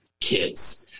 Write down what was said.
kids